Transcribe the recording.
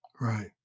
Right